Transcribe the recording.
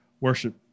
worship